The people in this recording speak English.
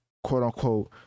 quote-unquote